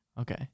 Okay